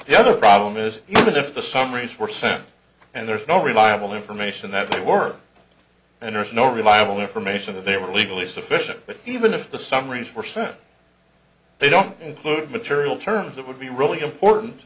the other problem is that if the summaries were sent and there's no reliable information that would work and there's no reliable information that they were legally sufficient but even if the summaries were sent they don't include material terms that would be really important